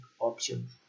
options